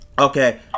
okay